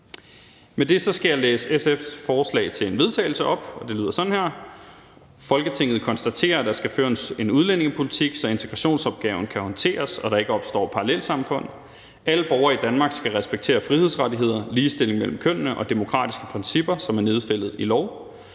det lyder sådan her: Forslag til vedtagelse »Folketinget konstaterer, at der skal føres en udlændingepolitik, så integrationsopgaven kan håndteres og der ikke opstår parallelsamfund. Alle borgere i Danmark skal respektere frihedsrettigheder, ligestilling mellem kønnene og demokratiske principper, som er nedfældet i lov.